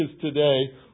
today